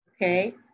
Okay